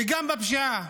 וגם בפשיעה,